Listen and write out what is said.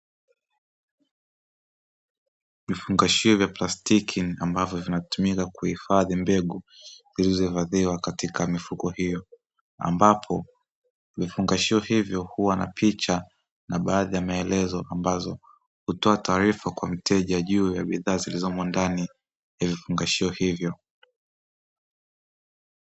Vifungashio vya plastiki ambavyo vinatumika kuhifadhi mbegu zilizohifadhiwa katika mifuko hiyo, ambapo vifungashio hivyo huwa na picha na baadhi ya maelezo ambazo, hutoa taarifa kwa mteja juu bidhaa zilizomo ndani ya vifungashio hivyo.